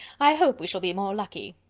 i hope we shall be more lucky.